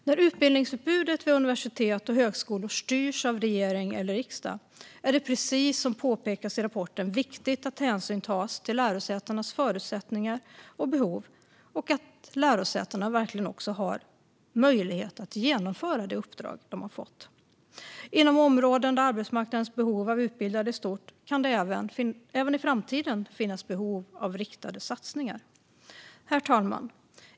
När utbildningsutbudet vid universitet och högskolor styrs av regering eller riksdag är det, precis som det påpekas i rapporten, viktigt att hänsyn tas till lärosätenas förutsättningar och behov och att lärosätena verkligen har möjlighet att genomföra det uppdrag de har fått. Inom områden där arbetsmarknadens behov av utbildade är stort kan det även i framtiden finnas behov av riktade satsningar. Herr talman!